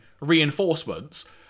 reinforcements